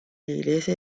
iglesia